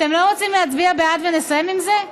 אתם לא רוצים להצביע בעד ונסיים עם זה?